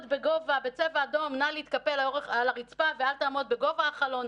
בצבע אדום נא להתקפל על הרצפה ואל תעמוד בגובה החלון.